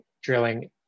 drilling